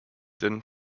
then